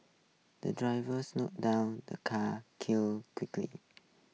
the driver slowed down the car kill quickly